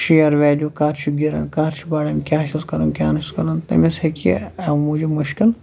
share value کَر چھُ گِران کَر چھُ بڈان کیٛاہ چھُس کَرُن کیٛاہ نہٕ چھُس کَرُن تٔمِس ہٮ۪کہِ یہِ امہِ موٗجوٗب مُشکِل